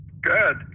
Good